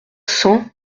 cent